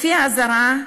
לפי האזהרה,